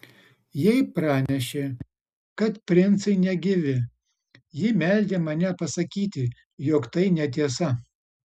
jai pranešė kad princai negyvi ji meldė mane pasakyti jog tai netiesa